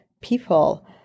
people